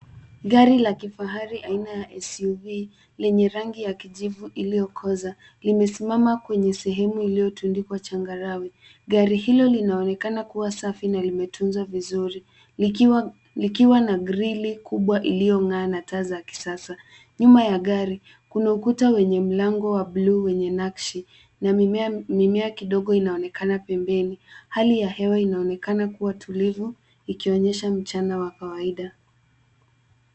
Gari la kifahari aina ya SUV lenye rangi ya kijivu iliyokoza, limesimama kwenye sehemu iliyotundikwa changarawe. Gari hilo linaonekana kuwa safi na limetunzwa vizuri likiwa, likiwa na grilli kubwa iliyong'aa na taa za kisasa. Nyuma ya gari, kuna ukuta wenye mlango wa bluu wenye nakshi na mimea, mimea kidogo inaonekana pembeni. Hali ya hewa inaonekana kuwa tulivu, ikionyesha mchana wa kawaida.